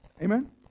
Amen